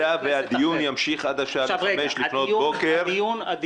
במידה והדיון ימשיך עד השעה 05:00 לפנות בוקר --- היועץ המשפטי